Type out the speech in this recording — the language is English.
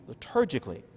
liturgically